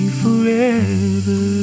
forever